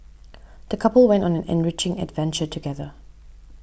the couple went on an enriching adventure together